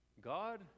God